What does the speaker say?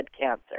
cancer